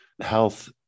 health